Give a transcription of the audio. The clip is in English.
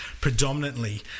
predominantly